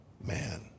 man